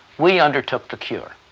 we undertook the cure.